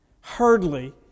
hardly